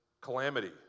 calamity